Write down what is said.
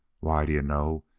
why, d'ye know,